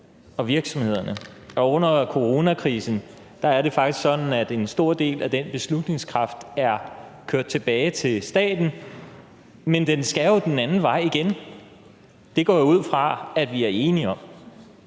Og under coronakrisen er det faktisk sådan, at en stor del af den beslutningskraft er ført tilbage til staten, men den skal jo den anden vej igen. Det går jeg ud fra at vi er enige om.